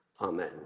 Amen